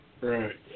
Right